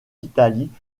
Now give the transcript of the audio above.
italie